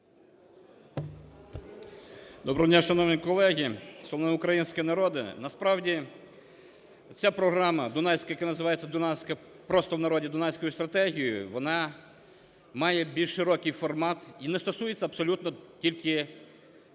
Доброго дня, шановні колеги! Шановний український народе! Насправді, ця програма, яка називається просто в народі Дунайською стратегією, вона має більш широкий формат і не стосується абсолютно тільки річки